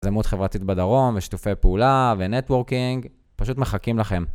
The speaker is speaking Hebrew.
יזמות חברתית בדרום, ושיתופי פעולה, ונטוורקינג פשוט מחכים לכם.